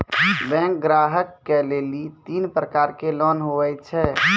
Bank ग्राहक के लेली तीन प्रकर के लोन हुए छै?